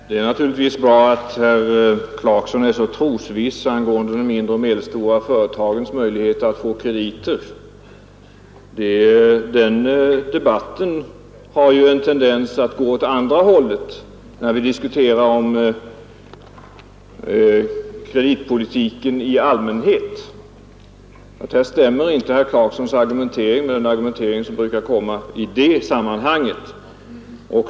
Fru talman! Det är intressant att herr Clarkson är så trosviss angående de mindre och medelstora företagens möjligheter att få krediter. Den debatten har ju en tendens att gå åt andra hållet, när vi diskuterar om kreditpolitiken i allmänhet. Här stämmer inte herr Clarksons argumentering med den argumentering som brukar komma i det sammanhanget.